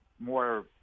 more